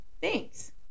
thanks